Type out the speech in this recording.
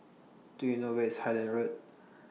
Do YOU know Where IS Highland Road